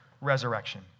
resurrection